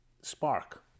spark